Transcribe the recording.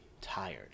tired